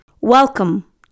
Welcome